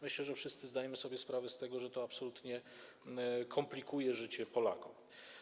Myślę, że wszyscy zdajemy sobie sprawę z tego, że to absolutnie komplikuje życie Polakom.